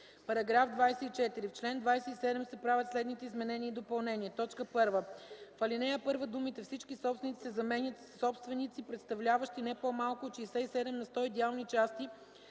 § 24: „§ 24. В чл. 27 се правят следните изменения и допълнения: 1. В ал. 1 думите „всички собственици” се заменят със „собственици, представляващи не по-малко от 67 на сто идеални части